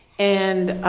and